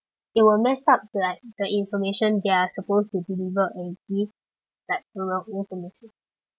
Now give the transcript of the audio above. it will mess up like the information they're supposed to deliver and give like the wrong information